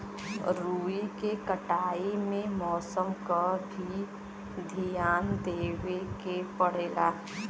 रुई के कटाई में मौसम क भी धियान देवे के पड़ेला